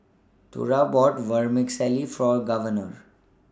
Thora bought Vermicelli For Governor